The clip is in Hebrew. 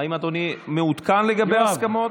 האם אדוני מעודכן לגבי ההסכמות?